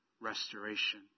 restoration